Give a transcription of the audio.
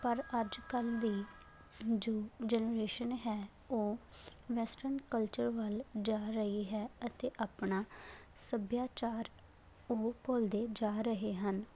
ਪਰ ਅੱਜ ਕੱਲ੍ਹ ਦੀ ਜੋ ਜਨਰੇਸ਼ਨ ਹੈ ਉਹ ਵੈਸਟਰਨ ਕਲਚਰ ਵੱਲ ਜਾ ਰਹੀ ਹੈ ਅਤੇ ਆਪਣਾ ਸੱਭਿਆਚਾਰ ਉਹ ਭੁੱਲਦੇ ਜਾ ਰਹੇ ਹਨ